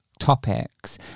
topics